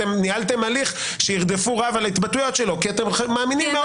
ניהלתם הליך שירדפו רב על ההתבטאויות שלו כי אתם מאמינים מאוד בחופש.